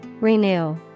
Renew